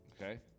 Okay